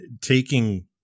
taking